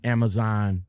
Amazon